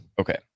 Okay